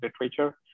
literature